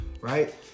right